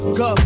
go